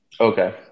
Okay